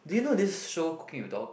did you know this show Cooking with Dog